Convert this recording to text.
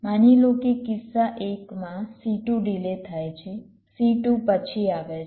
માની લો કે કિસ્સા 1 માં C2 ડિલે થાય છે C2 પછી આવે છે